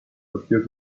occur